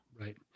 Right